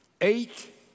eight